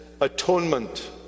atonement